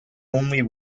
only